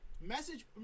Message